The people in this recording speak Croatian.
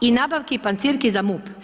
i nabavki pancirki za MUP.